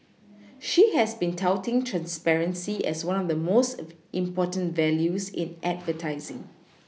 she has been touting transparency as one of the most important values in advertising